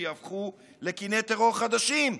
שייהפכו לקיני טרור חדשים.